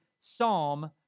psalm